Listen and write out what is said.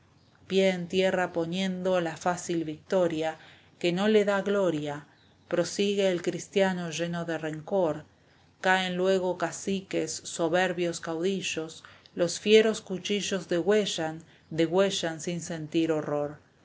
en tierra poniendo la fácil victoria que no le da gloria prosigue el cristiano lleno de rencor caen luego caciques soberbios caudillos los fieros cuchillos degüellan degüellan sin sentir horror